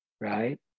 right